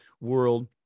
world